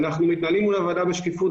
אנחנו מתנהלים מול הוועדה בשקיפות,